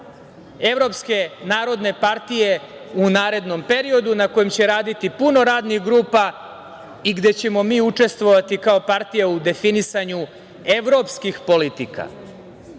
Evropske narodne partije u narednom periodu, na kojem će raditi puno radnih grupa i gde ćemo mi učestvovati kao partija u definisanju evropskih politika. Ja